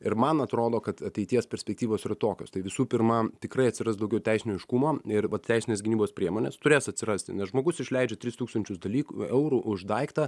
ir man atrodo kad ateities perspektyvos yra tokios tai visų pirma tikrai atsiras daugiau teisinio aiškumo ir va teisinės gynybos priemonės turės atsirasti nes žmogus išleidžia tris tūkstančius dalykų eurų už daiktą